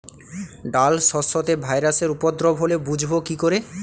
ডাল শস্যতে ভাইরাসের উপদ্রব হলে বুঝবো কি করে?